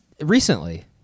recently